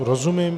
Rozumím.